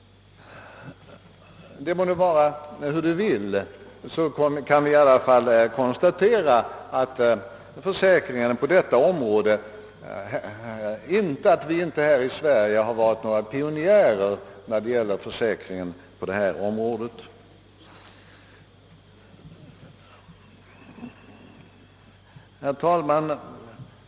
Det må nu vara hur det vill med den saken; vi kan i alla falla konstatera att vi här i Sverige inte har varit några pionjärer på detta område.